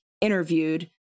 interviewed